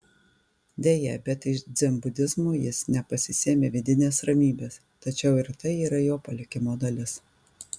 deja bet iš dzenbudizmo jis nepasisėmė vidinės ramybės tačiau ir tai yra jo palikimo dalis